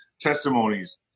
testimonies